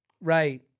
right